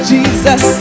Jesus